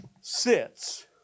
sits